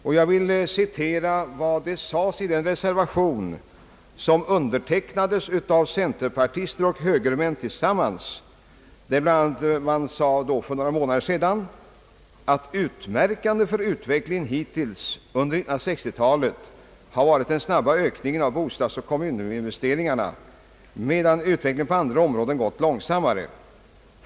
I den reservation som alltså avgavs för några månader sedan av centerpartister och högermän tillsammans hette det bl.a.: » Utmärkande för utvecklingen hittills under 1960-talet har varit den snabba ökningen av bostadsoch kommuninvesteringarna, medan utvecklingen på andra områden gått i långsammare takt.